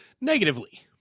negatively